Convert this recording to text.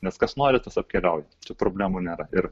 nes kas nori tas apkeliauja čia problemų nėra ir